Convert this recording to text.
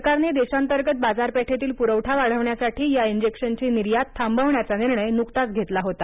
सरकारने देशांतर्गत बाजारपेठेतील पुरवठा वाढविण्यासाठी या इंजेक्शनची निर्यात थांबवण्याचा निर्णय नुकताच घेतला होता